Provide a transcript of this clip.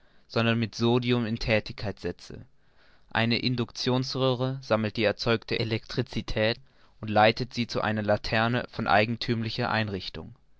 sondern mit sodium in thätigkeit setze eine inductionsröhre sammelt die erzeugte elektricität und leitet sie zu einer laterne von eigenthümlicher einrichtung